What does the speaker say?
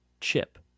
chip